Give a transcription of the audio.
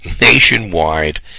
nationwide